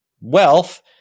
wealth